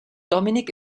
dominik